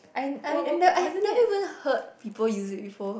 and I I've never even heard people use it before